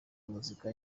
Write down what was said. muzika